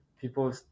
People